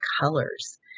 colors